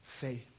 faith